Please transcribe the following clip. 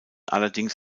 allerdings